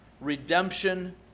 redemption